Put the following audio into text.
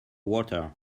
water